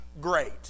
great